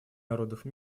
народов